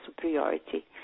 superiority